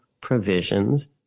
provisions